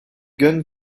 gun